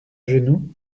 genoux